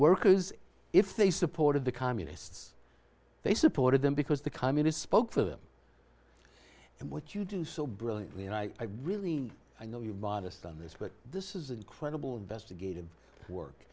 workers if they supported the communists they supported them because the communist spoke for them and what you do so brilliantly and i really i know you're biased on this but this is incredible best again work